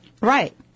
Right